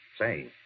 Say